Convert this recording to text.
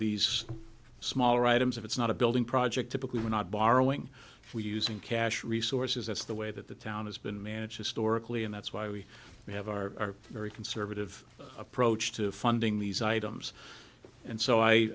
these smaller items if it's not a building project typically we're not borrowing we using cash resources that's the way that the town has been managed historically and that's why we have our own conservative approach to funding these items and so i